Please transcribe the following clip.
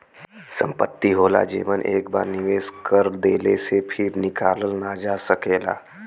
संपत्ति होला जेमन एक बार निवेस कर देले से फिर निकालल ना जा सकेला